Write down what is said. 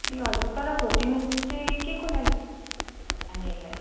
ए हजुर तर forty minutes चाहिँ के को लागि नानीहरूलाई